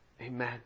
amen